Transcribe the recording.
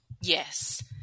Yes